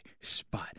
spot